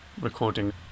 recording